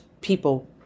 people